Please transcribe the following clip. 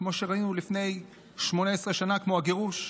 כמו שראינו לפני 18 שנה, כמו הגירוש.